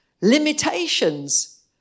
limitations